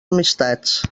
amistats